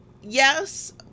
yes